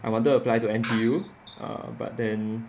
I wanted to apply to N_T_U err but then